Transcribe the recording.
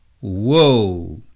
Whoa